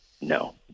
No